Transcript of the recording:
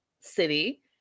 city